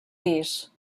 pis